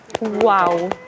Wow